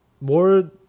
more